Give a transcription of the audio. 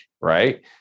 right